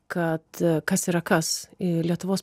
kad kas yra kas ir lietuvos